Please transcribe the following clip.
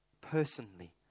personally